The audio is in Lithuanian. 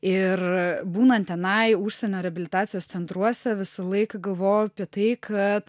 ir būnant tenai užsienio reabilitacijos centruose visą laiką galvojau apie tai kad